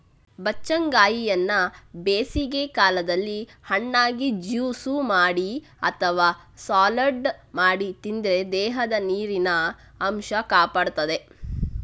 ಬಚ್ಚಂಗಾಯಿಯನ್ನ ಬೇಸಿಗೆ ಕಾಲದಲ್ಲಿ ಹಣ್ಣಾಗಿ, ಜ್ಯೂಸು ಮಾಡಿ ಅಥವಾ ಸಲಾಡ್ ಮಾಡಿ ತಿಂದ್ರೆ ದೇಹದ ನೀರಿನ ಅಂಶ ಕಾಪಾಡ್ತದೆ